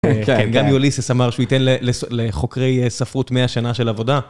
כן, גם יוליסס אמר שהוא ייתן לחוקרי ספרות 100 שנה של עבודה.